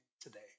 today